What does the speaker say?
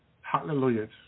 Hallelujah